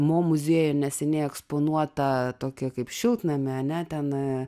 mo muziejuj neseniai eksponuotą tokį kaip šiltnamį ane ten